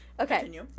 Okay